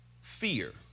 fear